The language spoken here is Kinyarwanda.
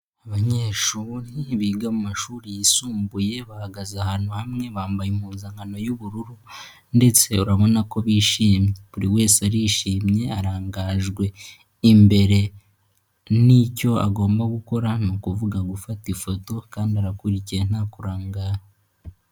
Abanyeshuri biga mu mashuri yisumbuye bahagaze ahantu hamwe bambaye impuzankano y'ubururu ndetse urabona ko bishimye. Buri wese arishimye arangajwe imbere n'icyo agomba gukora, ni ukuvuga gufata ifoto kandi arakurikiye nta kurangara.